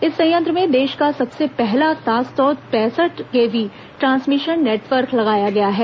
इस संयंत्र में देश का सबसे पहला सात सौ पैंसठ केव्ही ट्रासमिशन नेटवर्क लगाया गया है